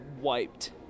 wiped